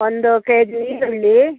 ಒಂದು K G ಈರುಳ್ಳಿ